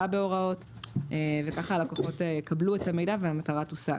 בהוראות וככה הלקוחות יקבלו את המידע והמטרה תושג.